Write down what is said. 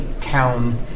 town